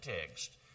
text